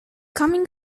coming